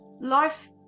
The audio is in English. Life